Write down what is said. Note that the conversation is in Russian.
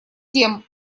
тем